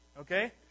okay